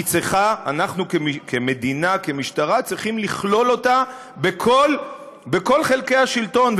אנחנו כמדינה וכמשטרה צריכים לכלול אותה בכל חלקי השלטון,